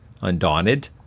Undaunted